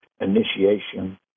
initiation